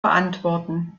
beantworten